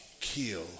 kill